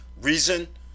Reason